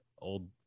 old